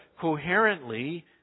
coherently